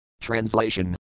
Translation